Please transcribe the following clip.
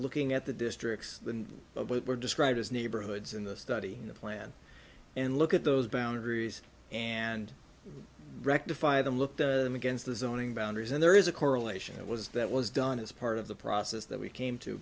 looking at the districts and what were described as neighborhoods in the study in the plan and look at those boundaries and rectify them look the against the zoning boundaries and there is a correlation that was that was done as part of the process that we came to